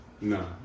No